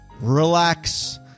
relax